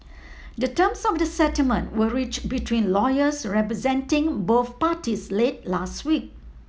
the terms of the settlement were reached between lawyers representing both parties late last week